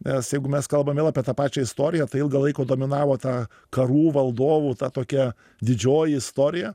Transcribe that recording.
nes jeigu mes kalbam jau apie tą pačią istoriją tai ilgą laiką dominavo ta karų valdovų ta tokia didžioji istorija